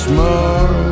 more